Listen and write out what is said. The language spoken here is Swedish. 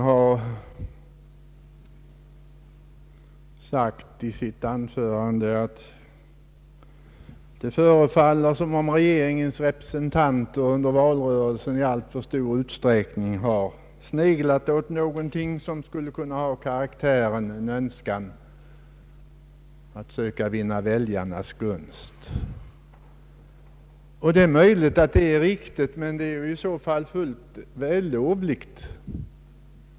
Herr Bengtson sade att det förefaller som om regeringspartiets representanter under valrörelsen i alltför stor utstäckning sneglat på det som kunde ge regeringen väljarnas gunst. Det är möjligt att det är riktigt, men det är i så fall fullt vällovligt.